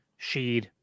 Sheed